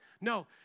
No